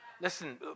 Listen